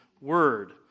word